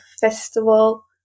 festival